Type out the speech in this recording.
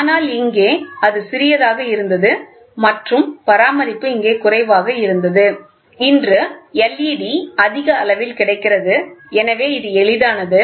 ஆனால் இங்கே அது சிறியதாக இருந்தது மற்றும் பராமரிப்பு இங்கே குறைவாக இருந்தது இன்று led அதிக அளவில் கிடைக்கிறது எனவே இது எளிதானது